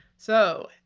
so,